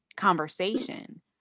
conversation